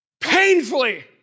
painfully